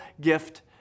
gift